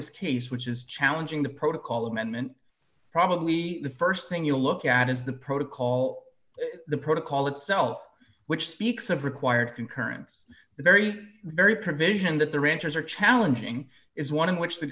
this case which is challenging the protocol amendment probably the st thing you look at is the protocol the protocol itself which speaks of required concurrence the very very provision that the ranchers are challenging is one in which the